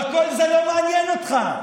אבל כל זה לא מעניין אותך.